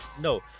No